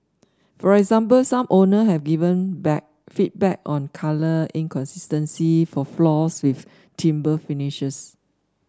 for example some owner have given back feedback on colour inconsistencies for floors with timber finishes